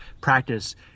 practice